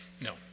No